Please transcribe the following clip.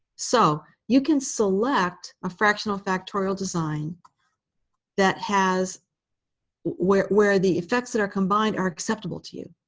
so you can select a fractional factorial design that has where where the effects that are combined are acceptable to you.